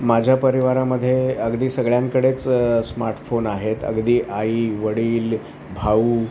माझ्या परिवारामध्ये अगदी सगळ्यांकडेच स्मार्टफोन आहेत अगदी आई वडील भाऊ